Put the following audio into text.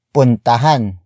Puntahan